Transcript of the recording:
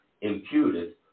imputed